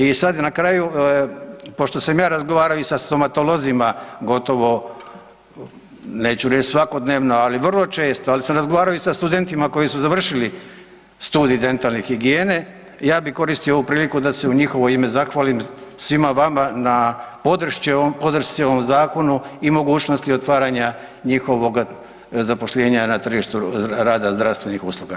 I sada na kraju pošto sam ja razgovarao i sa stomatolozima gotovo neću reći svakodnevno, ali vrlo često, ali sam razgovarao i sa studentima koji su završili Studij dentalne higijene, ja bih koristio ovu priliku da se u njihovo ime zahvalim svima vama na podršci ovom zakonu i mogućnosti otvaranja njihovoga zaposlenja na tržištu rada zdravstvenih usluga.